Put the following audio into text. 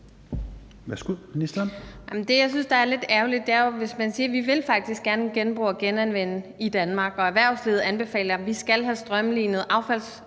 Wermelin): Jeg synes, det er lidt ærgerligt, for man siger, at vi faktisk gerne vil genbruge og genanvende i Danmark, og erhvervslivet anbefaler, at vi skal have strømlinet affaldsfraktionerne